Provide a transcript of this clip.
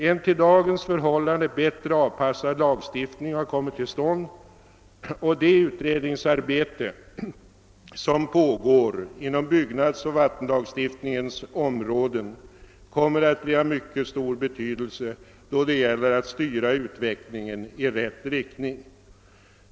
En till dagens förhållanden bättre avpassad lagstiftning har kommit till stånd, och det utredningsarbete som pågår inom byggnadsoch vattenlagstiftningens områden kommer att bli av mycket stor betydelse då det gäller att styra utvecklingen i rätt riktning.